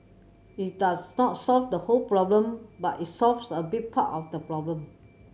it does not solve the whole problem but it solves a big part of the problem